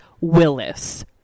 willis